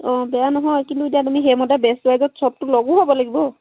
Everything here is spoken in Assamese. অঁ বেয়া নহয় কিন্তু এতিয়া তুমি সেই মতে বেষ্ট ৱাইজত চবটো লগো হ'ব লাগিব